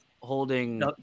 holding